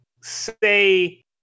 say